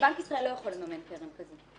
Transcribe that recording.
בנק ישראל לא יכול לממן קרן כזאת.